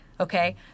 Okay